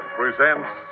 presents